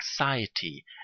anxiety